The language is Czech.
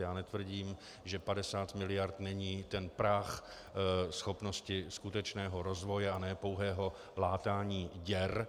Já netvrdím, že 50 mld. není ten práh schopnosti skutečného rozvoje a ne pouhého látání děr.